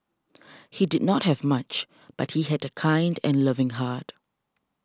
he did not have much but he had a kind and loving heart